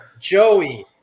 Joey